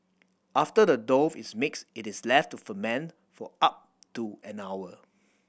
after the dough is mixed it is left to ferment for up to an hour